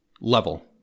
Level